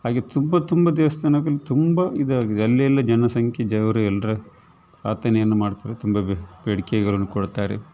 ಹಾಗೆ ತುಂಬ ತುಂಬ ದೇವಸ್ಥಾನಗಳು ತುಂಬ ಇದಾಗಿದೆ ಅಲ್ಲೆಲ್ಲ ಜನಸಂಖ್ಯೆ ದೇವ್ರು ಎಲ್ಲರ ಪ್ರಾರ್ಥನೆಯನ್ನು ಮಾಡ್ತಾರೆ ತುಂಬ ಬೇಡಿಕೆಗಳನ್ನು ಕೊಡ್ತಾರೆ